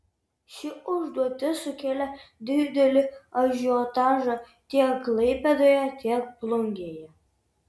ši užduotis sukėlė didelį ažiotažą tiek klaipėdoje tiek plungėje